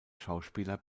schauspieler